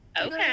Okay